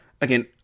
Again